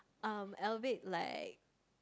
um albeit like